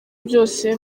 byose